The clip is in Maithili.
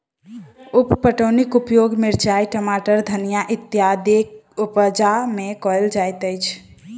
उप पटौनीक उपयोग मिरचाइ, टमाटर, धनिया इत्यादिक उपजा मे कयल जाइत अछि